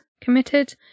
committed